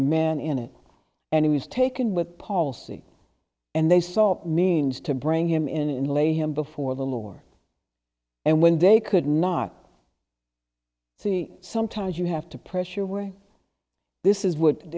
a man in it and he was taken with policy and they saw means to bring him in and lay him before the lore and when they could not see sometimes you have to pressure way this is what